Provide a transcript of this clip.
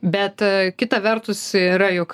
bet kita vertus yra juk